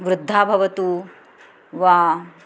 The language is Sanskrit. वृद्धा भवतु वा